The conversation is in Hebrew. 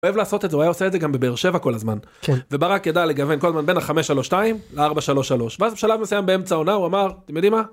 אוהב לעשות את זה הוא עושה את זה גם בבאר שבע כל הזמן וברק ידע לגוון כל הזמן בין ה-532 ל-433 ואז בשלב מסוים באמצע עונה הוא אמר אתם יודעים מה.